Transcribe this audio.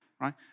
right